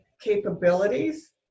capabilities